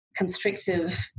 constrictive